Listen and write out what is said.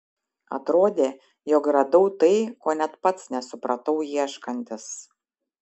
atrodė jog radau tai ko net pats nesupratau ieškantis